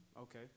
Okay